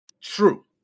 true